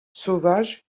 sauvages